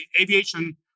aviation